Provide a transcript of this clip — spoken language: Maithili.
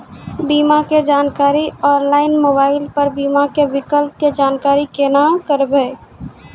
बीमा के जानकारी ऑनलाइन मोबाइल पर बीमा के विकल्प के जानकारी केना करभै?